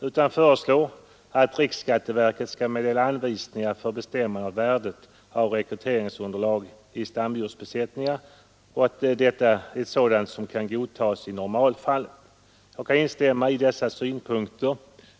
Han föreslår att riksskatteverket skall meddela anvisningar för bestämning av värdet av rekryteringsunderlag i stamdjursbesättningar och att detta värde skall kunna godtas i normalfallet. Jag kan instämma i dessa synpunkter.